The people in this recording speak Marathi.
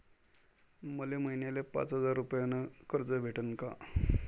मले महिन्याले पाच हजार रुपयानं कर्ज भेटन का?